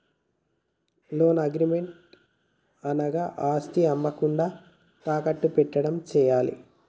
loan agreement అనగా ఆస్తిని అమ్మకుండా తాకట్టు పెట్టడం చేయాలే